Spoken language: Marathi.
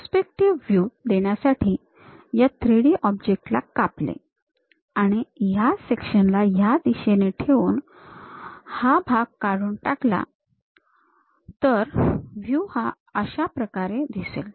पर्स्पेक्टिव्ह व्ह्यू देण्यासाठी या 3 D ऑब्जेक्ट ला कापले आणि या सेक्शन ला ह्या दिशेने ठेवून हा भाग काढून टाकला तर व्ह्यू हा अशाप्रकारे दिसेल